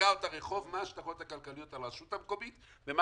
סגרת רחוב מה ההשלכות הכלכליות על הרשות המקומית ועל